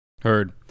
Heard